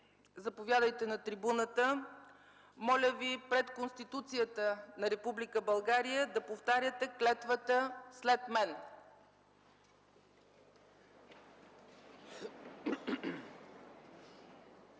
заповядайте на трибуната. Моля Ви пред Конституцията на Република България да повтаряте клетвата след мен.